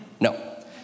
No